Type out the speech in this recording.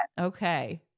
Okay